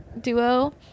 duo